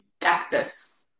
Cactus